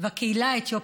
הקהילה האתיופית,